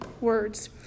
words